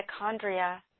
mitochondria